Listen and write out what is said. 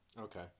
Okay